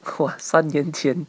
!wah! 三年前